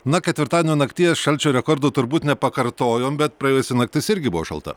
na ketvirtadienio nakties šalčio rekordo turbūt nepakartojom bet praėjusi naktis irgi buvo šalta